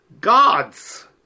gods